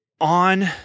On